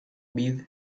bid